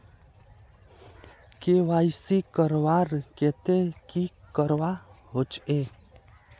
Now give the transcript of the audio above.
KYC करवार केते की करवा होचए?